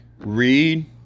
read